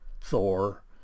Thor